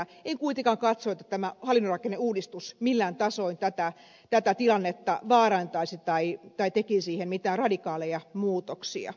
en kuitenkaan katso että tämä hallinnon rakenneuudistus millään tavoin tätä tilannetta vaarantaisi tai tekisi siihen mitään radikaaleja muutoksia